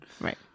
Right